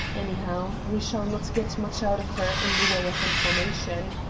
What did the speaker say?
anyhow, we shall not get much out of her in the way of information.